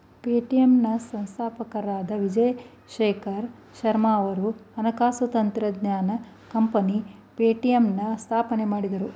Paytm ನ ಸಂಸ್ಥಾಪಕರಾದ ವಿಜಯ್ ಶೇಖರ್ ಶರ್ಮಾರವರು ಹಣಕಾಸು ತಂತ್ರಜ್ಞಾನ ಕಂಪನಿ ಪೇಟಿಎಂನ ಸ್ಥಾಪನೆ ಮಾಡಿದ್ರು